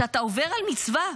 שאתה עובר על מצווה?